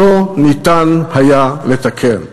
לא ניתן היה לתקן.